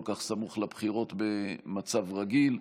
היינו נמנעים מלכנס את הכנסת כל כך סמוך לבחירות במצב רגיל,